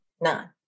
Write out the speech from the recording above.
none